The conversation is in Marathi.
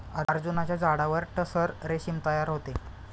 अर्जुनाच्या झाडावर टसर रेशीम तयार होते